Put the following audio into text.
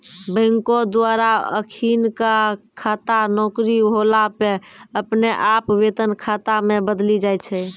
बैंको द्वारा अखिनका खाता नौकरी होला पे अपने आप वेतन खाता मे बदली जाय छै